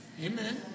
Amen